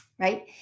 right